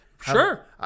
Sure